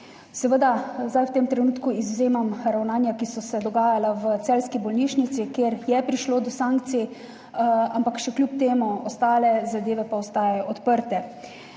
Seveda v tem trenutku izvzemam ravnanja, ki so se dogajala v celjski bolnišnici, kjer je prišlo do sankcij, ampak kljub temu ostale zadeve ostajajo odprte.